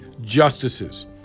justices